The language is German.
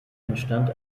entstand